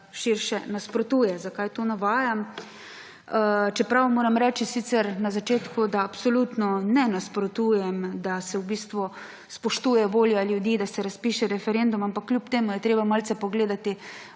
širše nasprotuje. Zakaj to navajam? Čeprav moram reči sicer na začetku, da absolutno ne nasprotujem, da se v bistvu spoštuje volja ljudi, da se razpiše referendum, ampak kljub temu je treba malce pogledati.